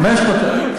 500,000?